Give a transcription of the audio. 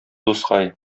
дускай